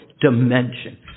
dimension